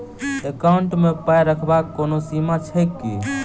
Account मे पाई रखबाक कोनो सीमा छैक की?